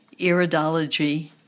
iridology